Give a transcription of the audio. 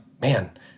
man